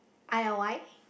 I_L_Y